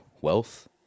wealth